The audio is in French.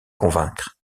convaincre